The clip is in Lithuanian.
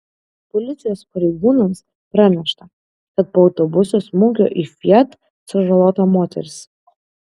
policijos pareigūnams pranešta kad po autobuso smūgio į fiat sužalota moteris